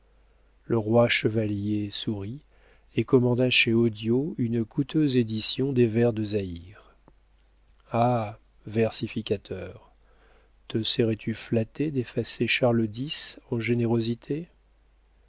le roi chevalier sourit et commanda chez odiot une coûteuse édition des vers de zaïre ah versificateur te serais-tu flatté d'effacer charles dix en générosité